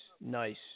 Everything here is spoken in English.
nice